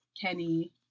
Kenny